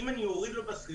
אם אני אוריד לו בשכירות,